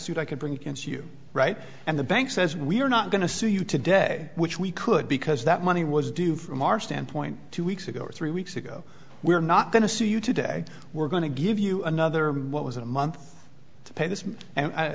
suit i can bring against you right and the bank says we're not going to sue you today which we could because that money was due from our standpoint two weeks ago or three weeks ago we're not going to sue you today we're going to give you another what was a month to pay this and i